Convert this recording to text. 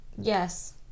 Yes